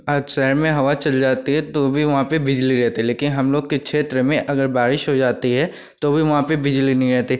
अब शहर में हवा चल जाती है तो भी वहाँ पर बिजली रहती है लेकिन हम लोग के क्षेत्र में अगर बारिश हो जाती है तो भी वहाँ पर बिजली नहीं रहती